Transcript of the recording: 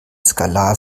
skalar